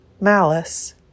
malice